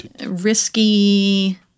Risky